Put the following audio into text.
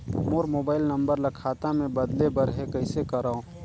मोर mobile number ल खाता मे बदले बर हे कइसे करव?